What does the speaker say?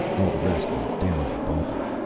all the rest were down in the bunker.